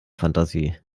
fantasie